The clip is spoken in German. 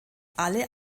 alle